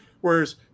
Whereas